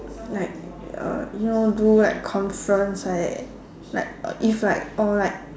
like uh you know do what conference like like if like or like